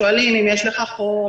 שואלים אם יש לך חום,